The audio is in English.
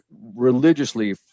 religiously